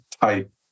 type